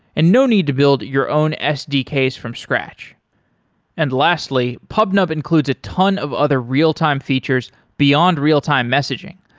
and no need to build your own sdks from scratch and lastly, pubnub includes a ton of other real-time features beyond real-time messaging,